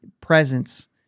presence